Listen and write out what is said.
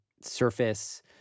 surface